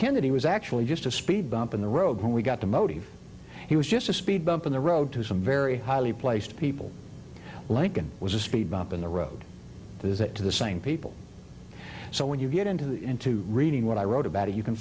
kennedy was actually just a speed bump in the road when we got to motive he was just a speed bump in the road to some very highly placed people lincoln was a speed bump in the road is that to the same people so when you get into that into reading what i wrote about it you can